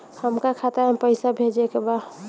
हमका खाता में पइसा भेजे के बा